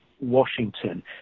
Washington